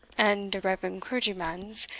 and de reverend clergymans,